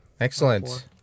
Excellent